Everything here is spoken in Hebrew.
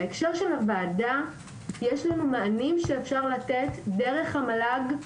בהקשר של הוועדה יש לנו מענים שאפשר לתת דרך המל"ג,